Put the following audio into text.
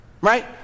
right